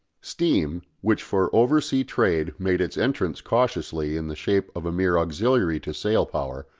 steam, which for oversea trade made its entrance cautiously in the shape of a mere auxiliary to sail power,